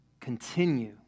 continue